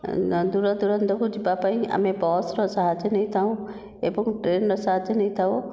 ଦୂର ଦୁରାନ୍ତକୁ ଯିବା ପାଇଁ ଆମେ ବସ୍ ର ସାହାଯ୍ୟ ନେଇଥାଉ ଏବଂ ଟ୍ରେନ୍ ର ସାହାଯ୍ୟ ନେଇଥାଉ